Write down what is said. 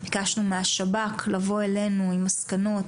ביקשנו מהשב"כ לבוא אלינו עם מסקנות,